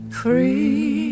free